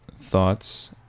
thoughts